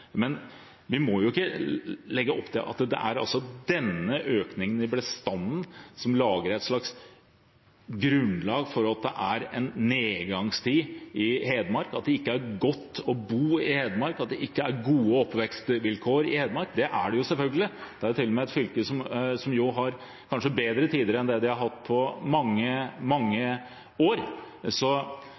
Men vi må ikke legge opp til at det er denne økningen i bestanden som lager et slags grunnlag for at det er nedgangstid i Hedmark, at det ikke er godt å bo i Hedmark, at det ikke er gode oppvekstvilkår i Hedmark, for det er det selvfølgelig. Det er til og med et fylke som kanskje har bedre tider enn det de har hatt på mange, mange år. Så